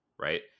Right